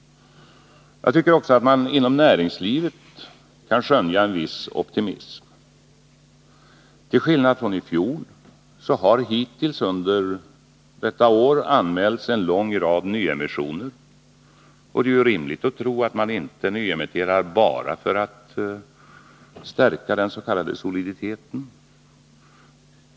Jag tycker att man inom näringslivet kan skönja en viss optimism. Till skillnad från i fjol har hittills under detta år anmälts en lång rad nyemissioner. Och det är rimligt att tro att man inte nyemitterar bara för att stärka den s. k soliditeten.